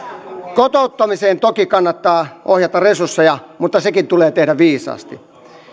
kotouttamiseen toki kannattaa ohjata resursseja mutta sekin tulee tehdä viisaasti